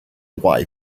wife